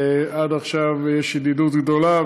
עד עכשיו שוררת ידידות גדולה,